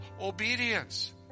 obedience